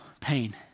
pain